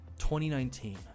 2019